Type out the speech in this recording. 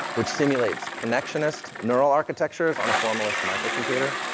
which simulates connectionist neural architectures on a formalist microcomputer,